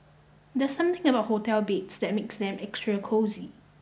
there's something about hotel beds that makes them extra cosy